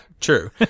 True